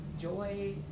joy